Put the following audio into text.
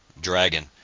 Dragon